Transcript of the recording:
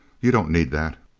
you don't need that